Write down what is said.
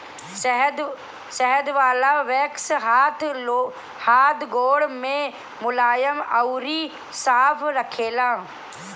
शहद वाला वैक्स हाथ गोड़ के मुलायम अउरी साफ़ रखेला